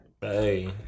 Hey